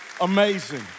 amazing